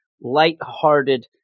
lighthearted